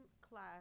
class